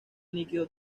líquido